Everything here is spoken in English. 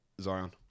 Zion